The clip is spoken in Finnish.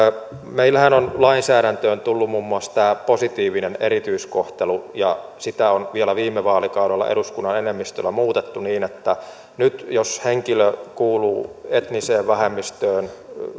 meillähän on lainsäädäntöön tullut muun muassa tämä positiivinen erityiskohtelu ja sitä on vielä viime vaalikaudella eduskunnan enemmistöllä muutettu niin että nyt jos henkilö kuuluu etniseen vähemmistöön